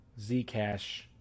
Zcash